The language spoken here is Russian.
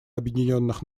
объединенных